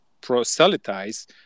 proselytize